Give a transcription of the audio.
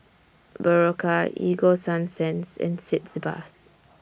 Berocca Ego Sunsense and Sitz Bath